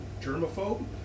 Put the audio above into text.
germaphobe